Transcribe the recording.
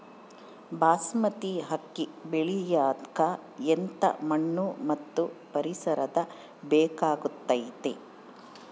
ಬಾಸ್ಮತಿ ಅಕ್ಕಿ ಬೆಳಿಯಕ ಎಂಥ ಮಣ್ಣು ಮತ್ತು ಪರಿಸರದ ಬೇಕಾಗುತೈತೆ?